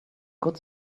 good